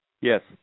Yes